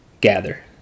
gather